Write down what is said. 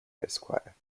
esquire